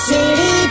City